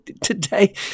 today